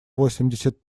восемьдесят